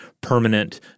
permanent